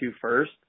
first